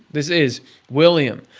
this is william.